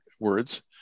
words